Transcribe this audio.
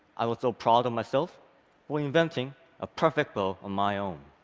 i was so proud of myself for inventing a perfect bow on my own.